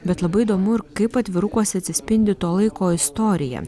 bet labai įdomu ir kaip atvirukuose atsispindi to laiko istorija